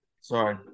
Sorry